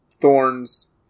thorns